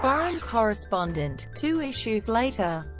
but and correspondent, two issues later.